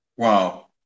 Wow